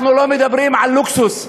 אנחנו לא מדברים על לוקסוס,